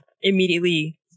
immediately